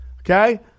okay